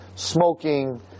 Smoking